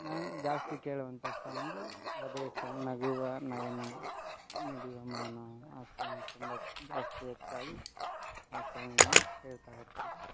ನಾನು ಜಾಸ್ತಿ ಕೇಳುವಂಥ ಸಾಂಗು ಅದೇ ಸಾಂಗ್ ನಗುವ ನಯನ ಮಿಡಿವ ಮೌನ ಆ ಸಾಂಗ್ ತುಂಬ ಜಾಸ್ತಿ ಹೆಚ್ಚಾಗಿ ಆ ಸಾಂಗ್ ನಾವು ಕೇಳ್ತಾ ಇರ್ತೀವಿ